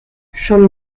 schon